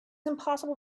impossible